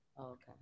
okay